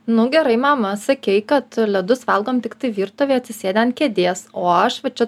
nu gerai mama sakei kad ledus valgom tiktai virtuvėj atsisėdę ant kėdės o aš va čia